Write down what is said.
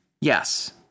Yes